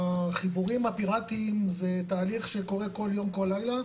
החיבורים הפיראטיים זה תהליך שקורה כל יום כל לילה,